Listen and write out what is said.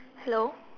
hello